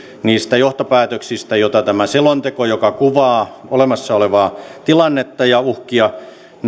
niistä johtopäätöksistä joihin tämä selonteko joka kuvaa olemassa olevaa tilannetta ja uhkia